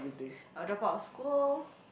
I'll dropout of school